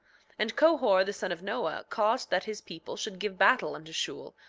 and cohor, the son of noah, caused that his people should give battle unto shule,